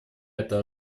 это